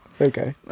Okay